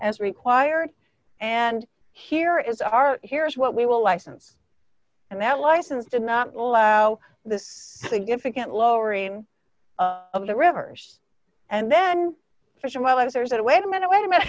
as required and here is our here is what we will license and that license did not allow this significant lowering of the rivers and then for sure while i was there is it a wait a minute wait a minute